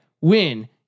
win